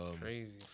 Crazy